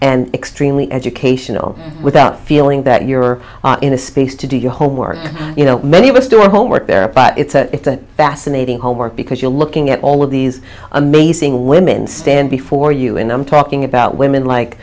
and extremely educational without feeling that you are in a space to do your homework you know many of us do our homework there but it's a fascinating homework because you're looking at all of these amazing women stand before you and i'm talking about women like